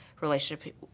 relationship